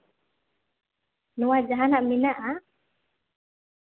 ᱱᱚᱣᱟ ᱡᱟᱦᱟᱱᱟᱜ ᱢᱮᱱᱟᱜᱼᱟ